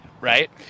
right